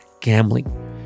gambling